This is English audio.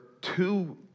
two